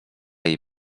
jej